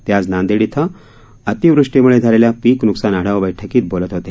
ते आज नांदेड इथं अतिवृष्टीमुळे झालेल्या पिक न्कसान आढावा बैठकीत बोलत होते